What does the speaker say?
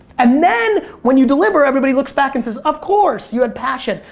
and then when you deliver everybody looks back and says, of course, you had passion.